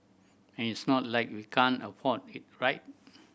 and it's not like we can't afford it right